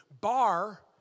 Bar